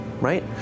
right